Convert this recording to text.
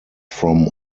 from